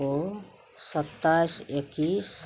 ओ सत्ताइस एकैस